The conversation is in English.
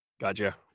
Gotcha